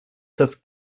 das